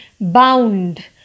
Bound